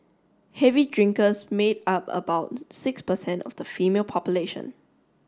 heavy drinkers made up about six percent of the female population